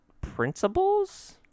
principles